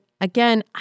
again